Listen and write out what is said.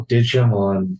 Digimon